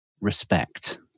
respect